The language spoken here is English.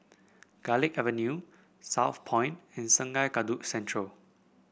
Garlick Avenue Southpoint and Sungei Kadut Central